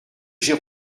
j’ai